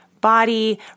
body